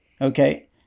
Okay